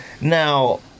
Now